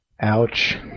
Ouch